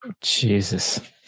Jesus